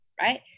right